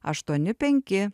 aštuoni penki